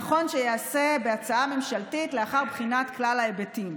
נכון שייעשה בהצעה ממשלתית לאחר בחינת כלל ההיבטים.